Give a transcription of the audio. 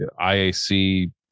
IAC